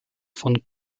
von